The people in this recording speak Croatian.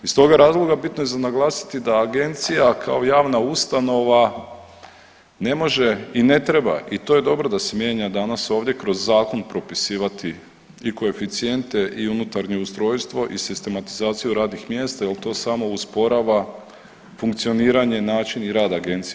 Iz toga razloga bitno je za naglasiti da agencija kao javna ustanova ne može i ne treba i to je dobro da se mijenja danas ovdje kroz zakon propisivati i koeficijente i unutarnje ustrojstvo i sistematizaciju radnih mjesta jer to samo usporava funkcioniranje i način rada agencije.